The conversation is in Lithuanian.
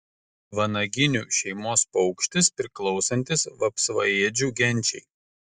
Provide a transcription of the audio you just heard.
vanaginių šeimos paukštis priklausantis vapsvaėdžių genčiai